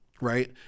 Right